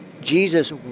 Jesus